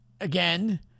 again